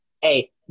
Hey